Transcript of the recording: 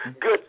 good